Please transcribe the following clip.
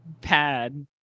pad